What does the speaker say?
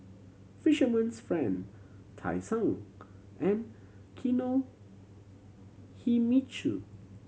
Fisherman's Friend Tai Sun and Kinohimitsu